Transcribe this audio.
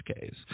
case